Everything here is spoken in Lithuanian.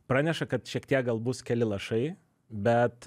praneša kad šiek tiek gal bus keli lašai bet